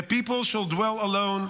the people shall dwell alone,